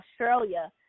Australia